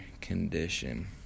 condition